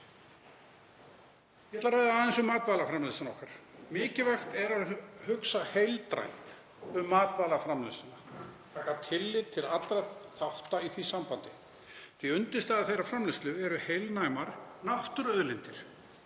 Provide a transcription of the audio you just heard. Ég ætla að ræða aðeins um matvælaframleiðslu okkar. Mikilvægt er að hugsa heildrænt um matvælaframleiðsluna, taka tillit til allra þátta í því sambandi því að undirstaða þeirrar framleiðslu eru heilnæmar náttúruauðlindir;